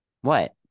What